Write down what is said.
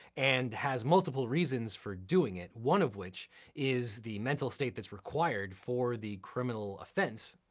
and has multiple reasons for doing it, one of which is the mental state that's required for the criminal offense,